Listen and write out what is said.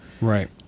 Right